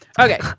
Okay